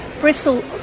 Bristle